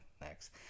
Next